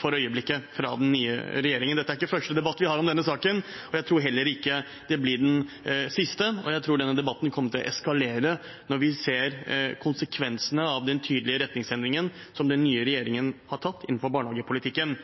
for øyeblikket. Dette er ikke den første debatten vi har om denne saken, og jeg tror heller ikke det blir den siste. Jeg tror denne debatten kommer til å eskalere når vi ser konsekvensene av den tydelige retningsendringen den nye regjeringen har tatt innenfor barnehagepolitikken.